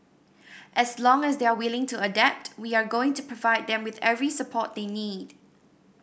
as long as they are willing to adapt we are going to provide them with every support they need